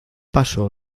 pasó